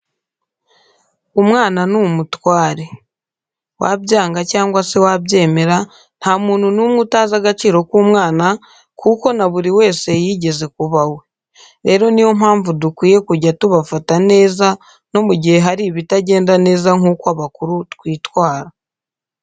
Umwana ni umutware. Wabyanga cyangwa se wabyemera, nta muntu n'umwe utazi agaciro k'umwana kuko na buri wese yigeze kuba we. Rero ni yo mpamvu dukwiye kujya tubafata neza no mu gihe hari ibitagenda neza nk'uko abakuru twitwara.